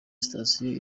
station